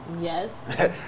Yes